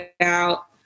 out